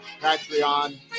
Patreon